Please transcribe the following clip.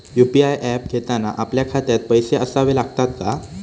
UPI app घेताना आपल्या खात्यात पैसे असावे लागतात का?